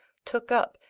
took up,